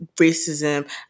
racism